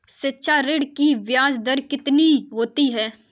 शिक्षा ऋण की ब्याज दर कितनी होती है?